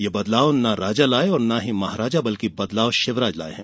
यह बदलाव ना राजा लाये और ना ही महाराजा बल्कि बदलाव शिवराज लाये हैं